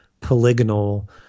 polygonal